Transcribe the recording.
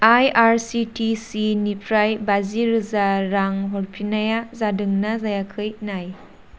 आइ R C T C निफ्राय बाजि रोजा रां हरफिन्नाया जादोंना जायाखै नाय